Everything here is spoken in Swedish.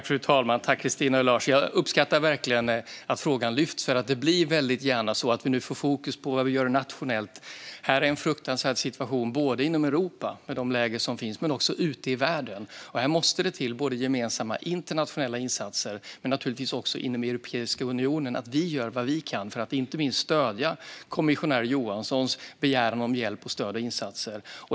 Fru talman! Jag uppskattar verkligen att frågan lyfts fram. Det blir väldigt gärna så att vi nu får fokus på vad vi gör nationellt. Men det råder en fruktansvärd situation både inom Europa, med de läger som finns, och ute i världen. Här måste det till gemensamma internationella insatser. Naturligtvis ska vi inom Europeiska unionen göra vad vi kan för att inte minst stödja kommissionär Johanssons begäran om hjälp, stöd och insatser.